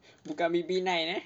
bukan B B nine eh